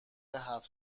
هفت